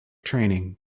training